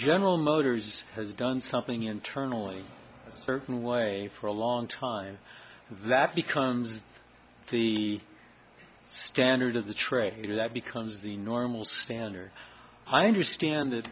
general motors has done something internally a certain way for a long time that becomes the standard of the trade that becomes the normal standard i understand that